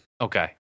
Okay